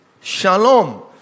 shalom